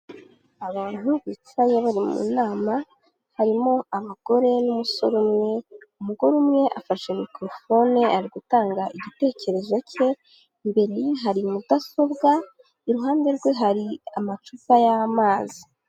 Abantu bicaye bari mu nama, harimo abagore n'umusore umwe, umugore umwe afashe mikorofone ari gutanga igitekerezo cye, imbere ye hari mudasobwa, iruhande rwe hari amacupa y'amazi.